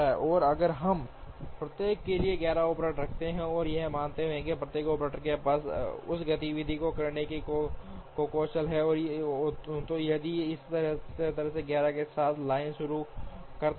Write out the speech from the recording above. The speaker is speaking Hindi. और अगर हम प्रत्येक के लिए 11 ऑपरेटर रखते हैं और यह मानते हुए कि प्रत्येक ऑपरेटर के पास उस गतिविधि को करने का कौशल है तो यदि हम इस तरह से 11 के साथ लाइन शुरू करते हैं